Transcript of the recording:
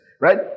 Right